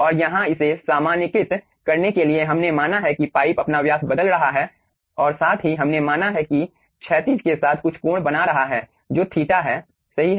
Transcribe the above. और यहां इसे सामान्यीकृत करने के लिए हमने माना है कि पाइप अपना व्यास बदल रहा है और साथ ही हमने माना है कि यह क्षैतिज के साथ कुछ कोण बना रहा है जो थीटा है सही है